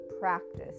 practice